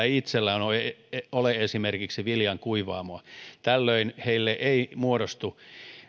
ei itsellään ole ole esimerkiksi viljankuivaamoa tällöin heille ei muodostu